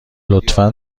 لطفا